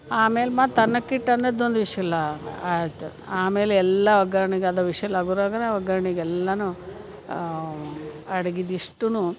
ಆಮೇಲೆ ಮತ್ತೆ ಅನ್ನಕ್ಕೆ ಇಟ್ಟು ಅನ್ನೊದೊಂದು ವಿಶುಲಾ ಆಯ್ತು ಆಮೇಲೆ ಎಲ್ಲ ಒಗ್ಗರಣೆಗೆ ಅದು ವಿಶಲ್ ಆಗೋದ್ರಾಗನ ಒಗ್ಗರಣೆಗೆ ಎಲ್ಲಾನು ಅಡಿಗಿದು ಇಷ್ಟೂನು